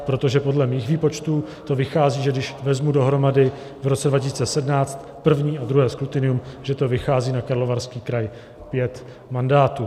Protože podle mých výpočtů to vychází, že když vezmu dohromady v roce 2017 první a druhé skrutinium, že to vychází na Karlovarský kraj pět mandátů.